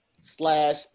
slash